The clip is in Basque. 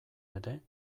ere